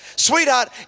Sweetheart